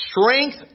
Strength